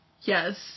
Yes